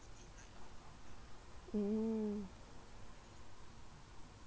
mm